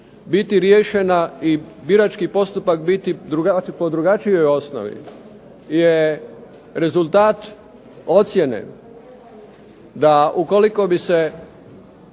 biti riješena i birački postupak biti po drugačijoj osnovi jer rezultat ocjene da ukoliko bi se